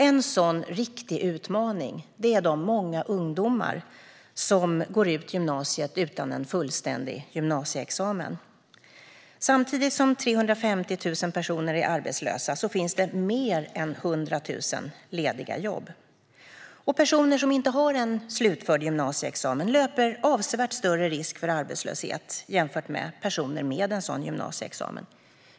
En sådan viktig utmaning är de många ungdomar som går ut gymnasiet utan en fullständig gymnasieexamen. Samtidigt som 350 000 personer är arbetslösa finns det fler än 100 000 lediga jobb. Personer utan en slutförd gymnasieexamen löper avsevärt större risk för arbetslöshet jämfört med personer som har en gymnasieexamen.